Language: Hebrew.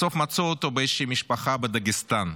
בסוף מצאו אותו באיזושהי משפחה בדגסטן,